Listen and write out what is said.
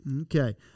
Okay